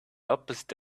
opposite